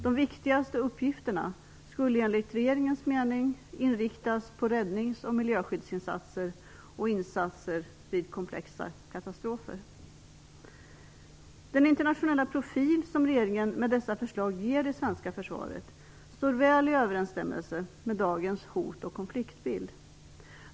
De viktigaste uppgifterna skulle enligt regeringens mening inriktas på räddnings och miljöskyddsinsatser och insatser vid komplexa katastrofer. Den internationella profil som regeringen med dessa förslag ger det svenska försvaret står väl i överensstämmelse med dagens hot och konfliktbild.